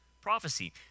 prophecy